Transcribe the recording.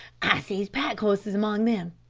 i sees pack-horses among them,